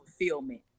fulfillment